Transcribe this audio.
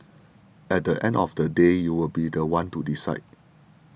at the end of the day you will be the one to decide